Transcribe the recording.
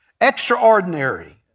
extraordinary